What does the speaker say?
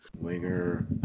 Winger